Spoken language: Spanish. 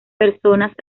personas